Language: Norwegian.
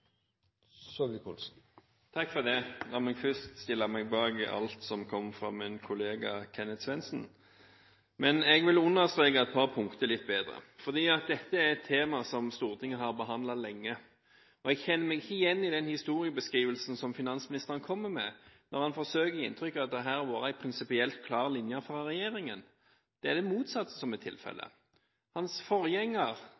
La meg først stille meg bak alt som kom fra min kollega Kenneth Svendsen. Jeg vil understreke et par punkter litt bedre, fordi dette er et tema som Stortinget har behandlet lenge, og jeg kjenner meg ikke igjen i den historiebeskrivelsen som finansministeren kommer med når han forsøker å gi inntrykk av at dette har vært en prinsipielt klar linje fra regjeringen. Det er det motsatte som er